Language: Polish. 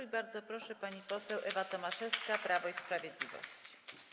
I bardzo proszę, pani poseł Ewa Tomaszewska, Prawo i Sprawiedliwość.